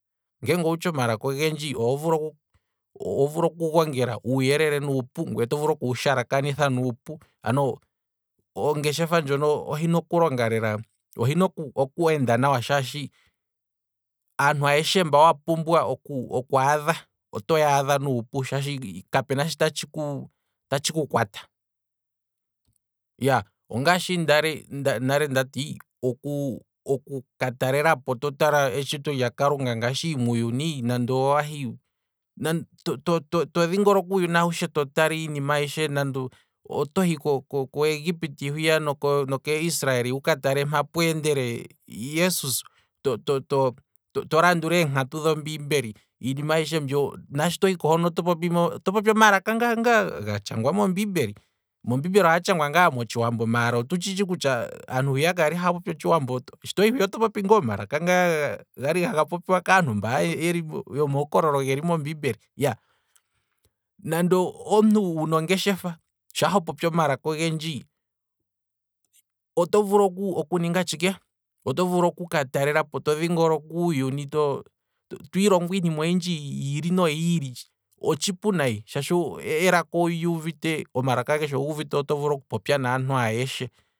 Ngeenge owutshi omalaka ogendji, oho vulu oku gongela uuyelele nuupu ngweye oho vulu okuwu shala kanitha nuupu, ano ongeshefa ndjono ohina oku longa lela, ohina okweenda nawa lela shaashi, aantu ayeshe mba wa pumbwa okwaadha, oto yaadha shaashi kapuna sho tatshi ku kwata, iyaa ongaashi nale ndali ndati, oku- oku ka talelapo to tala etshito lyakalunga ngaashi muuyuni, nande owahi todhingoloka uuyuni awushe to tala uuyuni awushe, iinima ayishe, nande otohi ko egpty hwiya noko israel hwiya uka tale mpa pweendele jesus, to- to- to landula eenkatu dho mbiimbeli, iinima ayishe mbyo, naashi to hiko hono oto popi omalaka ngaa nga gatshangwa mombiimbeli, ombiimbeli oha tshangwa ngaa motshiwambo maala onalaka hwiyaka, otu tshitshi kutya aantu hwiya kayali haya popi otshiwambo, shi tohi hwiya oto popi ngaa omalaka nga gali haga popiwa kaantu mba yoma hokololo geli mombiimbeli, nande omuntu wuna ongeshefa, shaa hopopi omalaka ogendji, oto vulu okunga tshike oto vulu, oto vulu okuka ta lelapo todhi ngoloka uuyuni twiilongo iinima oyindji yiili noyiili, otshipu nayi, shaashi elaka owuli uvite, oto vulu oku popya naantu ayeshe.